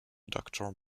doctor